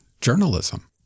journalism